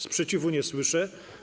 Sprzeciwu nie słyszę.